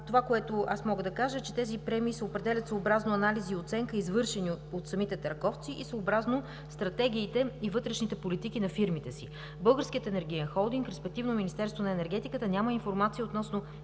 това, което мога да кажа, е, че тези премии се определят съобразно анализи и оценки, извършени от самите търговци и съобразно стратегиите и вътрешните политики на фирмите си. Българският енергиен холдинг, респективно Министерството на енергетиката, няма информация относно